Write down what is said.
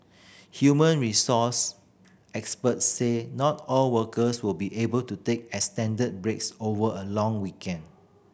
human resource experts said not all workers will be able to take extended breaks over a long weekend